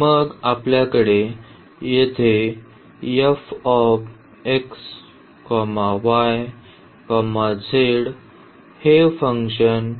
मग आपल्याकडे येथे हे फंक्शन